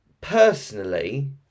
personally